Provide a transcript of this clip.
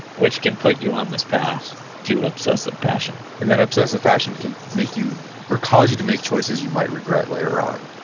which can put you on this path to obsessive passion and that obsessive passion make you or cause you to make choices you might regret later on.